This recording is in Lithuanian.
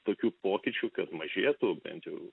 tokių pokyčių kad mažėtų bent jau